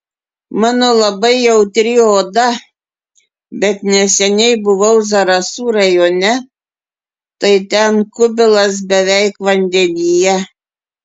mano labai jautri oda bet neseniai buvau zarasų rajone tai ten kubilas beveik vandenyje